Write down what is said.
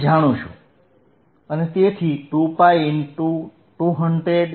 તે જાણું છું અને તેથી 2π2000